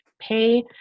pay